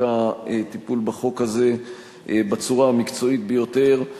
הטיפול בחוק הזה בצורה המקצועית ביותר,